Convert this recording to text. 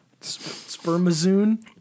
Spermazoon